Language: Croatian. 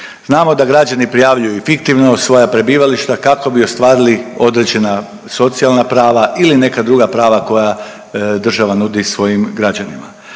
Znamo da građani prijavljuju i fiktivno svoja prebivališta kako bi ostvarili određena socijalna prava ili neka druga prava koja država nudi svojim građanima.